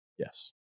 Yes